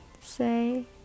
say